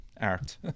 art